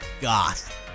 Goth